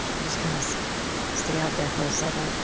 just kind of stay out there for a second.